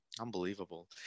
unbelievable